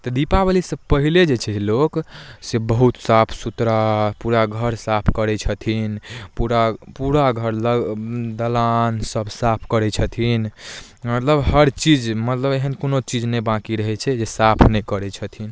तऽ दीपावलीसँ पहिले जे छै से लोक से बहुत साफ सुथड़ा पूरा घर साफ करै छथिन पूरा पूरा घर दलानसभ साफ करै छथिन मतलब हर चीज मतलब एहन कोनो चीज नहि बाँकी रहै छै जे साफ नहि करै छथिन